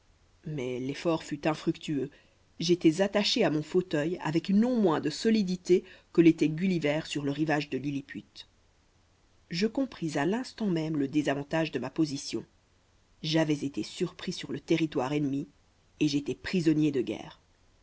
mais l'effort fut infructueux j'étais attaché à mon fauteuil avec non moins de solidité que l'était gulliver sur le rivage de lilliput je compris à l'instant même le désavantage de ma position j'avais été surpris sur le territoire ennemi et j'étais prisonnier de guerre